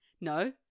No